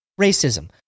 Racism